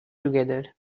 together